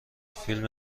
فیلم